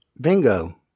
Bingo